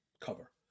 cover